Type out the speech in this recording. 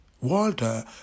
Walter